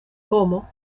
como